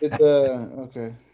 Okay